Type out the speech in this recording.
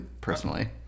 Personally